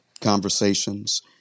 conversations